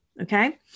okay